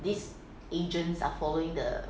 these agents are following the